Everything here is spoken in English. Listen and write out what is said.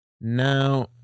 now